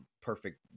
perfect